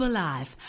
Alive